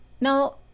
Now